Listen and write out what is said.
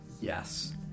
Yes